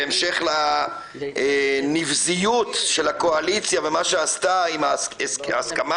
בהמשך לנבזיות של הקואליציה ומה שעשתה עם ההסכמה